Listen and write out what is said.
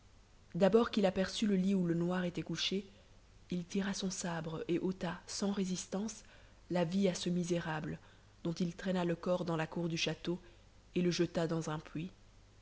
d'abord qu'il aperçut le lit où le noir était couché il tira son sabre et ôta sans résistance la vie à ce misérable dont il traîna le corps dans la cour du château et le jeta dans un puits